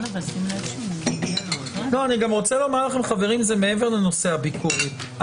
אני גם רוצה לומר לכם שזה מעבר לנושא הביקורת.